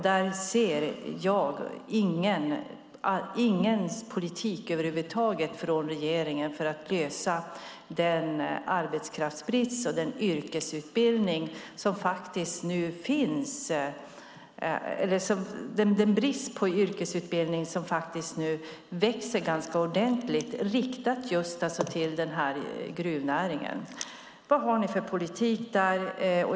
Där ser jag ingen politik från regeringens sida för att lösa bristen på arbetskraft och yrkesutbildning riktad till gruvnäringen. Vad har ni för politik?